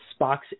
Spock's